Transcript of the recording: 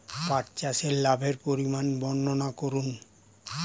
পাঠ চাষের লাভের পরিমান বর্ননা করুন?